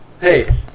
Hey